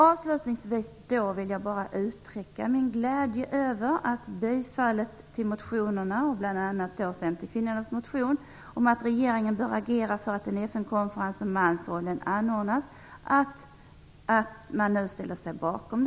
Avslutningsvis vill jag bara uttrycka min glädje över att utskottet ställer sig bakom och tillstyrker motionerna, bl.a. centerkvinnornas motion om att regeringen bör agera för att en FN-konferens om mansrollen anordnas.